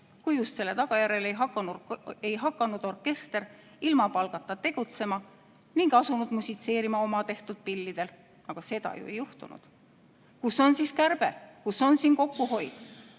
kui just selle tagajärjel ei hakanud orkester ilma palgata tegutsema ning asunud musitseerima omatehtud pillidel. Aga seda ju ei ole juhtunud. Kus on siin kärbe? Kus on siin kokkuhoid?